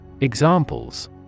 Examples